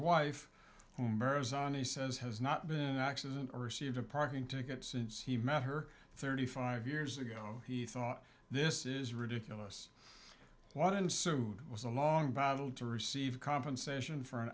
he says has not been an accident or received a parking ticket since he met her thirty five years ago he thought this is ridiculous what ensued was a long battle to receive compensation for an